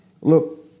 look